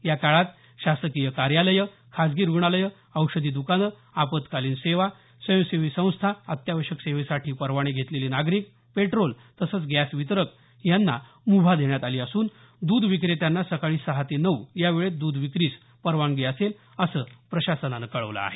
या काळात शासकीय कार्यालयं खासगी रुग्णालयं औषधी दुकानं आपत्कालीन सेवा स्वयंसेवी संस्था अत्यावश्यक सेवेसाठी परवाने घेतलेले नागरिक पेट्रोल तसंच गॅस वितरक यांना मुभा देण्यात आली असून दुध विक्रेत्यांना सकाळी सहा ते नऊ या वेळेत द्रध विक्रीस परवानगी असेल असं प्रशासनानं कळवलं आहे